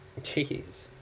Jeez